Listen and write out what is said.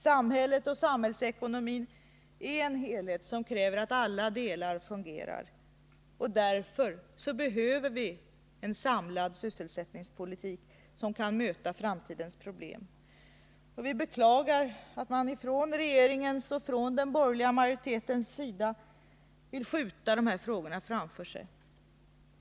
Samhället och samhällsekonomin är en helhet som kräver att alla delar fungerar, och därför behöver vi en samlad sysselsättningspolitik som kan möta framtidens problem. Vi beklagar att man från regeringens och den borgerliga majoritetens sida vill skjuta de här frågorna framför sig.